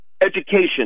education